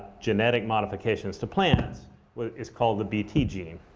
genetic modifications to plants is called the bt gene.